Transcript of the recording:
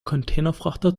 containerfrachter